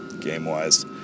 game-wise